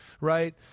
right